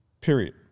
Period